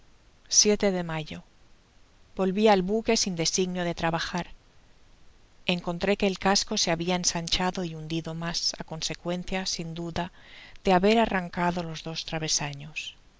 de mayo volvi al buque sin designio de trabajar encontré que el casco se habia ensanchado y hundido mas á consecuencia sin duda de haber arrancado los dos travesaños